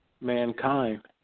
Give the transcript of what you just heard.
Mankind